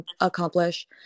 accomplish